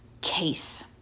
case